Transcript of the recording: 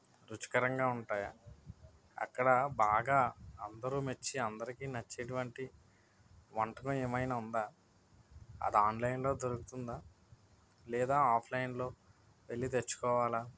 రుచికరంగా ఉంటాయా అక్కడ బాగా అందరు మెచ్చి అందరికి నచ్చేటువంటి వంటకం ఏమైన్నా ఉందా అది ఆన్లైన్లో దొరుకుతుందా లేదా ఆఫ్లైన్లో వెళ్ళి తెచ్చుకోవాలా